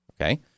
Okay